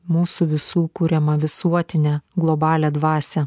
mūsų visų kuriamą visuotinę globalią dvasią